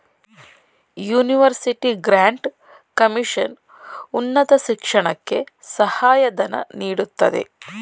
university grant commission ಉನ್ನತ ಶಿಕ್ಷಣಕ್ಕೆ ಸಹಾಯ ಧನ ನೀಡುತ್ತದೆ